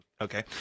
okay